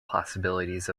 possibilities